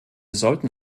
sollten